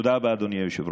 תודה רבה, אדוני היושב-ראש.